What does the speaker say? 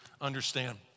understand